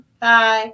Bye